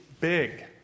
big